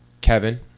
Kevin